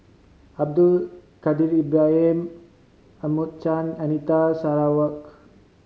Abdul Kadir Ibrahim Edmund Chen Anita Sarawak